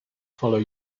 follow